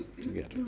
together